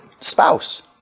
spouse